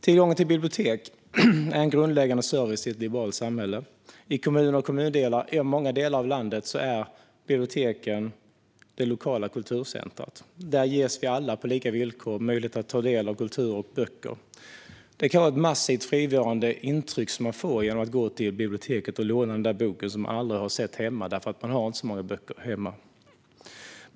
Tillgången till bibliotek är en grundläggande service i ett liberalt samhälle. I kommuner och kommundelar i många delar av landet är biblioteket det lokala kulturcentrumet. Där ges vi alla, på lika villkor, möjlighet att ta del av kultur och böcker. Det kan göra ett massivt frigörande intryck att gå till biblioteket och låna den där boken som man aldrig sett hemma eftersom man inte har så många böcker hemma.